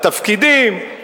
התפקידים,